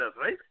right